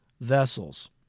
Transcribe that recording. vessels